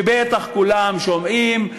שבטח כולם שומעים,